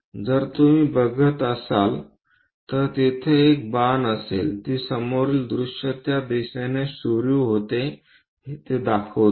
जर तुम्ही बघत असाल तर तिथे एक बाण असेल तो समोरील दृश्य त्या दिशेने सुरु होते ते दाखवतो